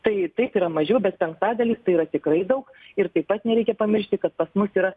tai taip yra mažiau bet penktadalis tai yra tikrai daug ir taip pat nereikia pamiršti kad pas mus yra